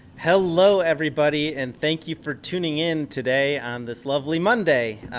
hello everybody and thank you for tuning in today on this lovely monday,